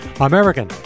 American